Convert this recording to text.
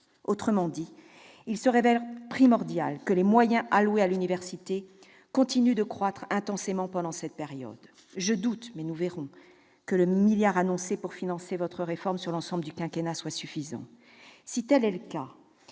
Autrement dit, il se révèle primordial que les moyens alloués à l'université continuent de croître intensément pendant cette période. Je doute que le milliard d'euros annoncé pour financer votre réforme, sur l'ensemble du quinquennat, soit suffisant ... Si tel n'est pas le cas,